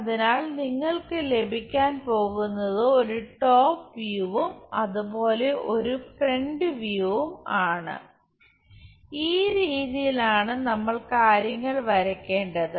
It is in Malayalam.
അതിനാൽ നിങ്ങൾക്ക് ലഭിക്കാൻ പോകുന്നത് ഒരു ടോപ്പ് വ്യൂവും അതുപോലെ ഒരു ഫ്രണ്ട് വ്യൂവും ആണ് ഈ രീതിയിലാണ് നമ്മൾ കാര്യങ്ങൾ വരക്കേണ്ടത്